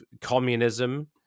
communism